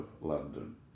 London